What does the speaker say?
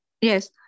yes